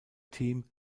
team